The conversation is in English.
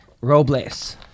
Robles